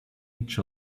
each